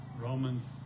Romans